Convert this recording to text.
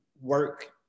work